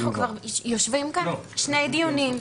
אנחנו יושבים כאן כבר שני דיונים,